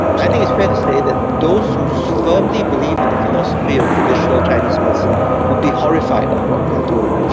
i think it's fair to say that those who so firmly believe in the philosophy of traditional chinese medicine would be horrified at what we are doing.